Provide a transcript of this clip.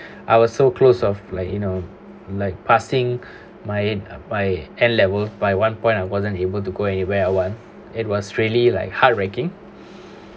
I was so closed off like you know like passing my my A level by one point I wasn't able to go anywhere I want it was really like heartbreaking